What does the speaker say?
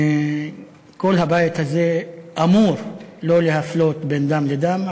כל הבית הזה אמור לא להפלות בין דם לדם,